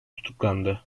tutuklandı